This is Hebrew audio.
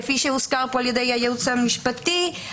כפי שהוזכר פה ע"י הייעוץ המשפטי,